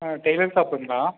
ஆ tailor ஷாப்புங்களா